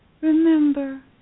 Remember